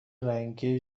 رنگی